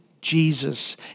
Jesus